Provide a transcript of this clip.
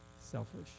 selfish